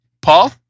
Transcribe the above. paul